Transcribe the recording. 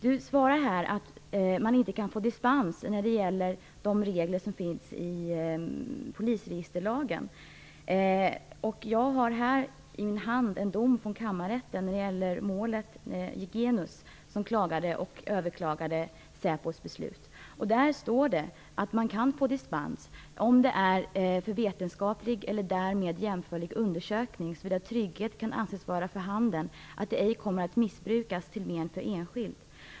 Justitieministern svarar att man inte kan få dispens när det är reglerna i polisregisterlagen som gäller. Jag har här i min hand en dom från kammarrätten i målet med Jigenius, som klagade och överklagade SÄPO:s beslut. Där står det att man kan få dispens för vetenskaplig eller därmed jämförlig undersökning, såvida trygghet kan anses vara för handen att det ej kommer att missbrukas till men för enskild.